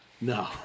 No